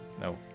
No